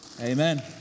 Amen